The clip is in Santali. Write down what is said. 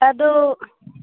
ᱟᱫᱚ